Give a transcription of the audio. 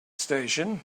station